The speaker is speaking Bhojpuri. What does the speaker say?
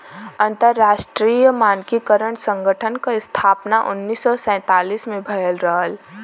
अंतरराष्ट्रीय मानकीकरण संगठन क स्थापना उन्नीस सौ सैंतालीस में भयल रहल